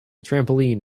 trampoline